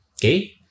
Okay